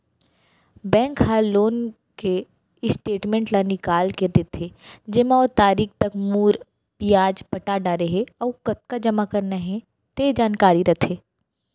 bank ह loan के statement ल निकाल के देथे जेमा ओ तारीख तक मूर, बियाज पटा डारे हे अउ कतका जमा करना हे तेकर जानकारी रथे